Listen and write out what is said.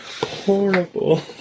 Horrible